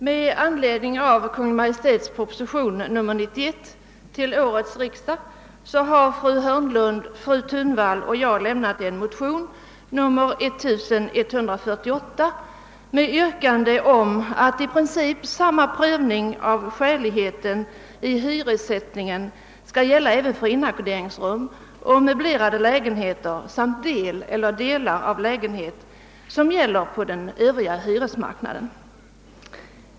Med anledning av Kungl. Maj:ts proposition nr 91 till årets riksdag har fru Hörnlund, fru Thunvall och jag själv väckt motionen II: 1148 med yrkande om att i princip samma prövning av skäligheten i hyressättningen skall gälla för inackorderingsrum och möblerade lägenheter samt del eller delar av lägenhet, som vad som gäller på den övriga hyresmarknaden.